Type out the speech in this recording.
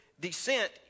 descent